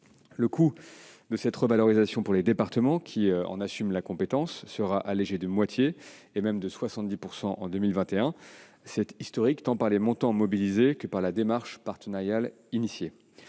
Le coût de cette revalorisation pour les départements, dont relève cette compétence, sera allégé de moitié, et même de 70 % en 2021. C'est historique, tant par les montants mobilisés que par la démarche partenariale engagée.